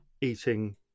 eating